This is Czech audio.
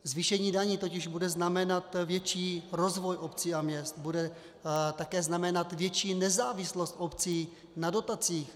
Zvýšení daní totiž bude znamenat větší rozvoj obcí a měst, bude také znamenat větší nezávislost obcí na dotacích.